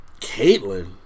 Caitlyn